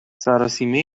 سراسیمه